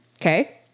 okay